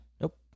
Nope